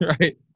right